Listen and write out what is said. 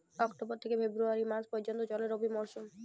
October থেকে February মাস পর্যন্ত চলে রবি মরসুম